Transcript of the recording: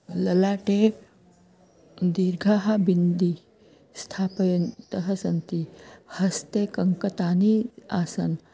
ललाटे दीर्घां बिन्दी स्थापयन्तः सन्ति हस्ते कङ्कतानि आसन्